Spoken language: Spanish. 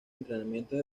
entrenamientos